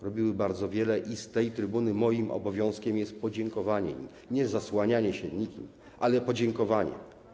Robiły bardzo wiele i z tej trybuny moim obowiązkiem jest podziękowanie im... A Szumowski? ...niezasłanianie się nikim, ale podziękowanie.